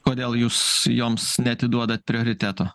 kodėl jūs joms neatiduodat prioriteto